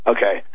Okay